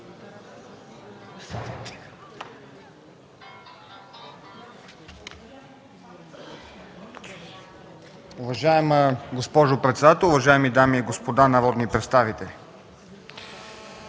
Уважаема госпожо председател, уважаеми дами и господа народни представители!